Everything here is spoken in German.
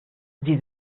sie